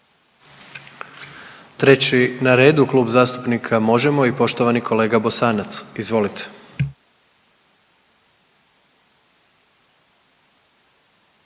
Treći na redu Klub zastupnika Možemo! i poštovani kolega Bosanac. Izvolite.